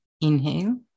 Inhale